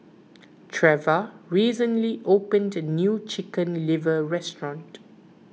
Treva recently opened the new Chicken Liver restaurant